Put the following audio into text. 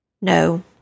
No